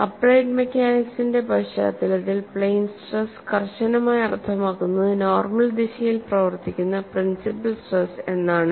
applied മെക്കാനിക്സിന്റെ പശ്ചാത്തലത്തിൽ plane stress കർശനമായി അർത്ഥമാക്കുന്നത് നോർമൽ ദിശയിൽ പ്രവർത്തിക്കുന്ന പ്രിൻസിപ്പൽ സ്ട്രെസ് എന്നാണ്